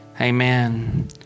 Amen